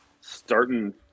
starting